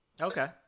Okay